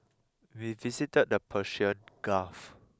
we visited the Persian Gulf